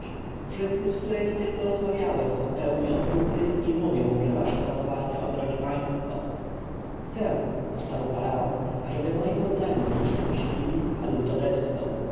wszyscy z kimkolwiek rozmawiałem są pełni otuchy i mówią że wasze panowanie odrodzi państwo chcę odparł faraon ażeby moi poddani byli szczęśliwi a lud odetchnął